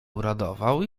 uradował